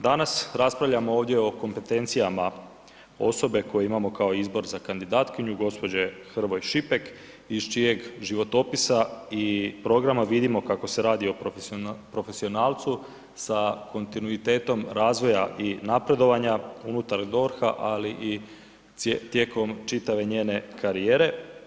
Danas raspravljamo ovdje o kompetencijama osobe koje imamo kao izbor za kandidatkinju, gđe. Hrvoj Šipek iz čijeg životopisa i programa vidimo kako se radi o profesionalcu sa kontinuitetom razvoja i napredovanja unutar DORH-a ali i tijekom čitave njene karijere.